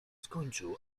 skończył